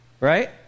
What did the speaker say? right